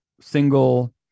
single